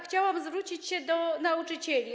Chciałabym zwrócić się do nauczycieli.